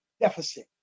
deficit